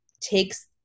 takes